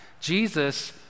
Jesus